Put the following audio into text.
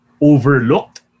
overlooked